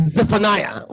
Zephaniah